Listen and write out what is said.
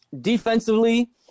Defensively